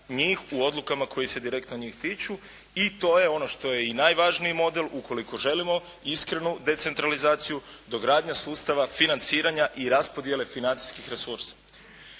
u odlukama koje se direktno njih tiču. I to je ono što je najvažniji model ukoliko želimo iskrenu decentralizaciju dogradnja sustava, financiranja i raspodjele financijskih resursa.